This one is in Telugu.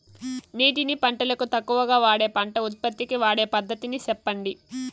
నీటిని పంటలకు తక్కువగా వాడే పంట ఉత్పత్తికి వాడే పద్ధతిని సెప్పండి?